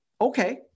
okay